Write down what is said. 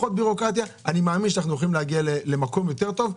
ופחות בירוקרטיה אני מאמין שאנחנו יכולים להגיע למקום טוב יותר.